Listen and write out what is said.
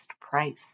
price